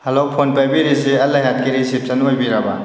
hello phone ꯄꯥꯏꯕꯤꯔꯛꯏꯁꯤ ꯑꯜ ꯍꯥꯌꯥꯠꯀꯤ ꯔꯤꯁꯤꯞꯁꯟ ꯑꯣꯏꯕꯤꯔꯕꯥ